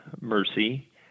mercy